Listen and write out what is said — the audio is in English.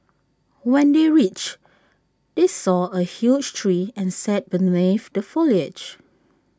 when they reached they saw A huge tree and sat beneath the foliage